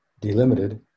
delimited